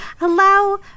allow